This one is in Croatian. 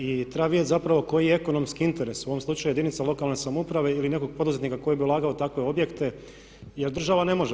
I treba vidjeti zapravo koji je ekonomski interes u ovom slučaju jedinica lokalne samouprave ili nekog poduzetnika koji bi ulagao u takve objekte jer država ne može.